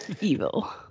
evil